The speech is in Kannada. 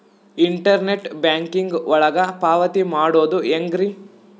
ಇಂಟರ್ನೆಟ್ ಬ್ಯಾಂಕಿಂಗ್ ಒಳಗ ಪಾವತಿ ಮಾಡೋದು ಹೆಂಗ್ರಿ?